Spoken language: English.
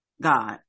God